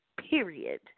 period